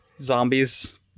zombies